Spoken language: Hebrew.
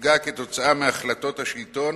שנפגע כתוצאה מהחלטות השלטון,